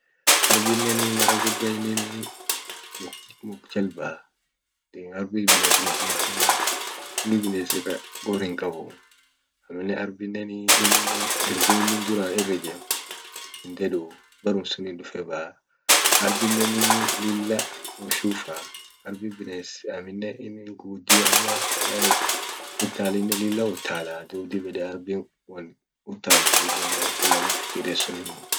Arbineni mara guda ininii muk jal baa. arbin bines gudio hama inin bines ira gor hinqabu. aminen arbineni inin dirbu inin duran irr ijem hindeduu berum sunin dufe baa. arbineni lilla wo shufaa arbin bines aminen inin gudio hama yani utalinen lilla utalaa dub dib yede arbin won utaltu ininen ak inaman fikiriet sunimuu.